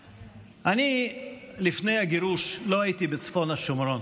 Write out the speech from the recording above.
אני, לפני הגירוש לא הייתי בצפון השומרון,